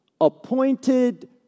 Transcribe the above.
appointed